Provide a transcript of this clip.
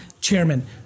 Chairman